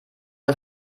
man